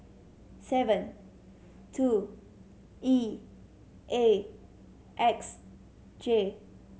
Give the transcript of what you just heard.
seven two E A X J